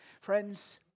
Friends